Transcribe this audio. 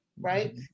right